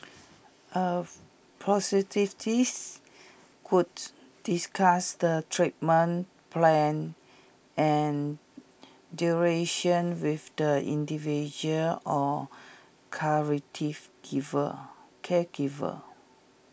A discuss the treatment plan and duration with the individual or caregiver